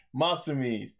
Masumi